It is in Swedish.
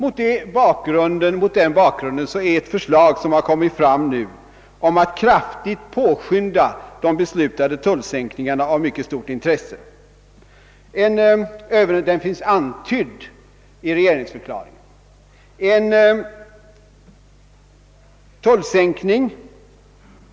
Under sådana förhållanden är det förslag som nu kommit fram om att kraftigt påskynda de beslutade tullsänkningarna av mycket stort intresse. Detta förslag har antytts i regeringsdeklarationen.